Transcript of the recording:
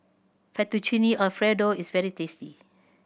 Fettuccine Alfredo is very tasty